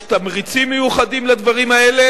יש תמריצים מיוחדים לדברים האלה,